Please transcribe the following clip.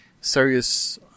serious